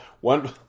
one